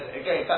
again